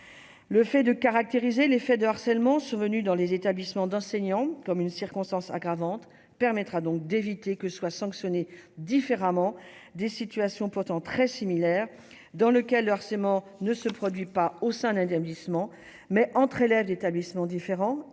Le fait de caractériser les faits de harcèlement survenus dans les établissements d'enseignants comme une circonstance aggravante permettra donc d'éviter que soient sanctionnés différemment des situations pourtant très similaires dans lequel forcément ne se produit pas. Au sein d'Indiens glissements mais entre élèves d'établissements différents et réunit